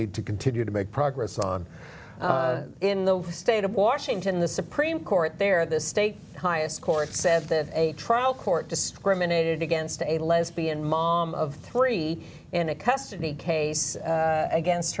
need to continue to make progress on in the state of washington the supreme court there the state highest court said that a trial court discriminated against a lesbian mom of three in a custody case against